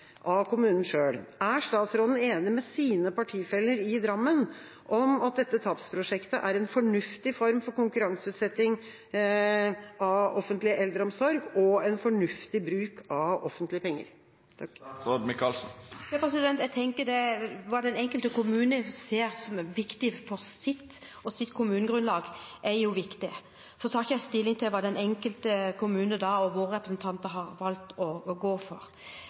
av kommunen selv. Er statsråden enig med sine partifeller i Drammen i at dette tapsprosjektet er en fornuftig form for konkurranseutsetting av offentlig eldreomsorg og en fornuftig bruk av offentlige penger? Jeg tenker at hva den enkelte kommune ser som viktig for seg og sitt kommunegrunnlag, er viktig. Jeg tar ikke stilling til hva den enkelte kommune og våre representanter har valgt å gå for.